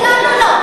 לאדמות שלנו לא,